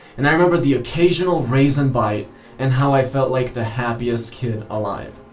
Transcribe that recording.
and i remember the occasional raisin bite and how i felt like the happiest kid alive.